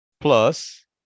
plus